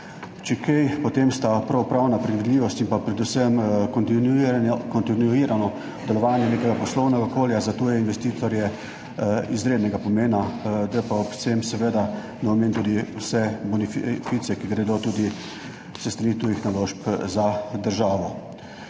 Če kaj, potem sta prav pravna predvidljivost in pa predvsem kontinuirano, kontinuirano delovanje nekega poslovnega okolja za tuje investitorje izrednega pomena, da pa ob tem seveda ne omenim tudi vse bonifikacije(?), ki gredo tudi s strani tujih naložb za državo.